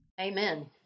Amen